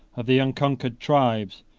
of the unconquered tribes,